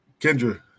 Kendra